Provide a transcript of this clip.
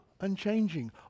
unchanging